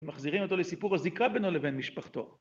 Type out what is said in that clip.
מחזירים אותו לסיפור הזיקה בינו לבין משפחתו.